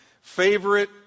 favorite